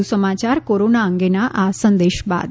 વધુ સમાચાર કોરોના અંગેના આ સંદેશ બાદ